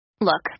Look